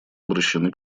обращены